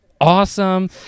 awesome